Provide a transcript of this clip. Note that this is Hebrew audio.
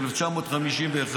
1951,